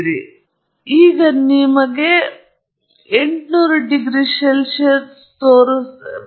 ಮತ್ತು ಈಗ ನಾವು ನಿಮಗೆ 800 ಡಿಗ್ರಿ ಸಿ ಯನ್ನು ತೋರಿಸುತ್ತೇವೆ ಎಂದು ಹೇಳೋಣ